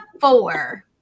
four